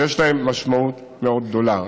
ויש להם משמעות מאוד גדולה.